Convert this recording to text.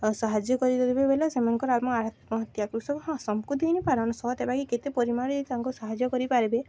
ସାହାଯ୍ୟ କରିଦେବେ ବଲେ ସେମାନଙ୍କର ଆମ ଆତ୍ମହତ୍ୟା କୃଷକ ହଁ ସମ୍କୁ ଦେଇ ନି ପାରନ୍ ସତ୍ ଏ ବାକି କେତେ ପରିମାଣ୍ରେ ତାଙ୍କୁ ସାହାଯ୍ୟ କରିପାର୍ବେ